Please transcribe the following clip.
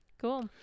cool